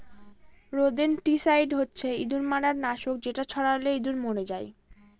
rodenticide হচ্ছে ইঁদুর মারার নাশক যেটা ছড়ালে ইঁদুর মরে যায়